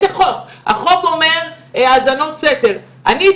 החוק אומר האזנות סתר אני,